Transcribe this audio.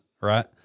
right